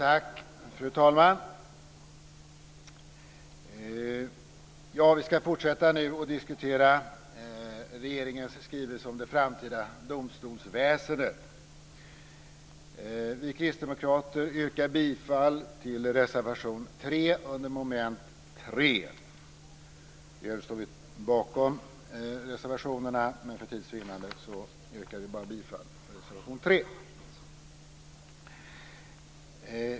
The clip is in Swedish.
Fru talman! Vi ska nu fortsätta att diskutera regeringens skrivelse om det framtida domstolsväsendet. Vi kristdemokrater yrkar bifall till reservation 3 under mom. 3. Vi står också bakom våra övriga reservationer men för tids vinnande yrkar vi bara bifall till reservation 3.